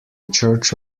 church